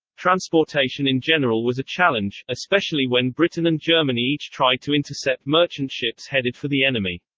transportation in general was a challenge, especially when britain and germany each tried to intercept merchant ships headed for the enemy.